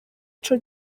ico